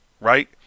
right